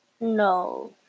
No